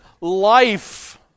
life